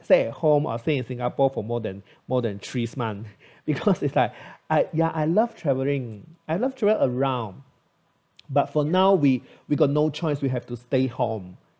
stay at home or stay in singapore for more than more than three month because it's like I ya I love travelling I love to run around but for now we we got no choice we have to stay home